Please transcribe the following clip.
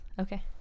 Okay